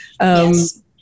Yes